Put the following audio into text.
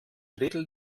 drittel